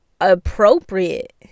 appropriate